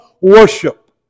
worship